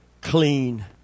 clean